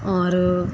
ਔਰ